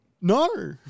No